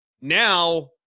now